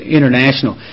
International